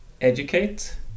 educate